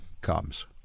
comes